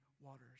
waters